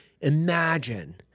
imagine